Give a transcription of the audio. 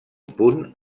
punt